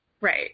Right